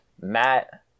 Matt